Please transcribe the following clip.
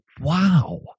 Wow